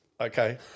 Okay